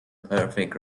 perfect